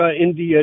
India